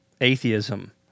atheism